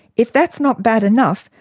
if that's not bad enough,